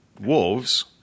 wolves